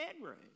bedroom